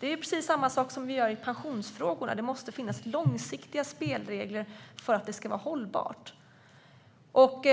Det är precis samma sak som när det gäller pensionsfrågor, där det också måste finnas långsiktiga spelregler för att det ska vara hållbart.